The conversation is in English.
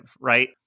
right